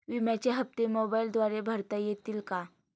विम्याचे हप्ते मोबाइलद्वारे भरता येतील का?